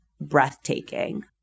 breathtaking